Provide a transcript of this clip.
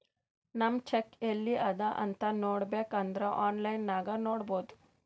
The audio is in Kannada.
ನಮ್ ಚೆಕ್ ಎಲ್ಲಿ ಅದಾ ಅಂತ್ ನೋಡಬೇಕ್ ಅಂದುರ್ ಆನ್ಲೈನ್ ನಾಗ್ ನೋಡ್ಬೋದು